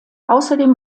außerdem